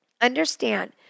Understand